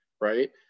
right